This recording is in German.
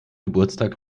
geburtstag